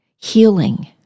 healing